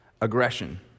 aggression